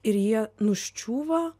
ir jie nuščiūva